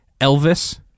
Elvis